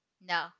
No